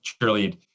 cheerlead